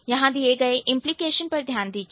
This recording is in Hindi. यहां दिए गए इंप्लीकेशन पर ध्यान दीजिए